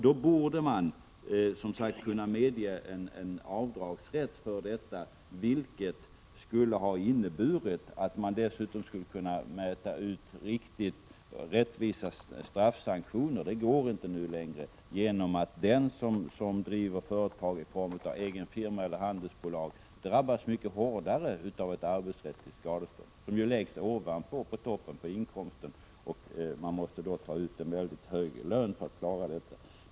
Då borde man som sagt kunna medge en avdragsrätt för arbetsrättsligt skadestånd, vilket skulle ha inneburit att man dessutom hade kunnat mäta ut riktigt rättvisa straffsanktioner. Det går inte nu längre på grund av att den som driver företag i form av egen firma eller handelsbolag drabbas mycket hårt av ett arbetsrättsligt skadestånd, som ju läggs på toppen av inkomsten. Man måste då ta ut en väldigt hög lön för att klara detta.